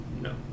No